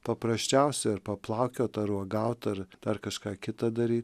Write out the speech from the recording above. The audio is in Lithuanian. paprasčiausia ar paplaukiot ar uogaut ar ar kažką kitą dary